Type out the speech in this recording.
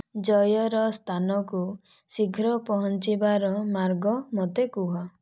ଜୟର ସ୍ଥାନକୁ ଶୀଘ୍ର ପହଞ୍ଚିବାର ମାର୍ଗ ମୋତେ କୁହ